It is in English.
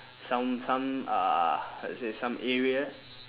some some uh how to say some area